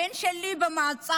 הבן שלי במעצר,